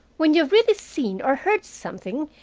when you have really seen or heard something,